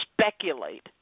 speculate